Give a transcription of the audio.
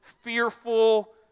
fearful